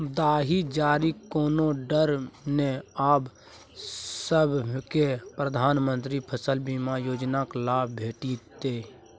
दाही जारीक कोनो डर नै आब सभकै प्रधानमंत्री फसल बीमा योजनाक लाभ भेटितै